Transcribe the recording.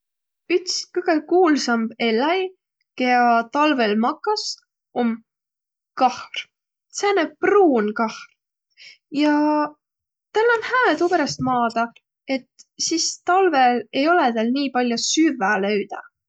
Üts kõgõ kuuldamb elläi, kiä talvõl makas, om kahr. Sääne pruunkahr. Ja täl om hää tuuperäst maadaq, et sis talvõl ei olõt täl nii pall'o süvväq löüdäq.